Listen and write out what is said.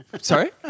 Sorry